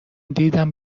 دیدم